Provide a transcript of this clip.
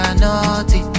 naughty